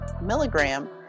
milligram